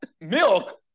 Milk